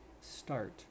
start